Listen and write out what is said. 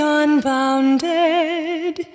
unbounded